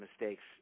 mistakes